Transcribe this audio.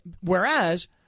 Whereas